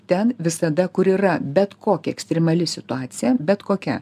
ten visada kur yra bet kokia ekstremali situacija bet kokia